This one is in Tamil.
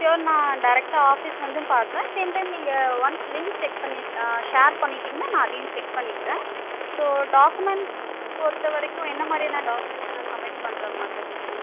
சூயர் நான் டேரக்ட்டா ஆஃப்பிஸ் வந்தும் பாப்பேன் சேம் டைம் நீங்க ஒன்ஸ் லிங்க் செக் பண்ணி ஷேர் பண்ணிடீங்கனா நான் அதையும் செக் பண்ணிக்குறேன் ஸோ டாக்குமெண்ட்ஸ் பொறுத்த வரைக்கும் என்ன மாதிரியான டாக்குமெண்ட்ஸ் நான் சப்மிட் பண்ணுகிற மாதிரி இருக்கும்